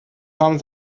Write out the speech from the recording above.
haben